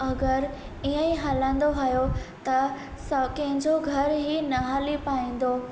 अगरि ईअं ई हलंदो रहियो त स कंहिंजो घर ई म हली पाईंदो